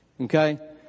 okay